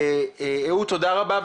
אהוד וטל תודה רבה.